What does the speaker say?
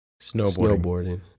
snowboarding